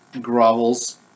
grovels